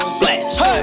Splash